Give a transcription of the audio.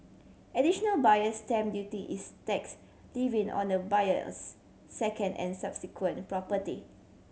additional Buyer Stamp Duty is tax levied on a buyer's second and subsequent property